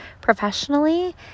professionally